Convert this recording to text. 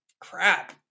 crap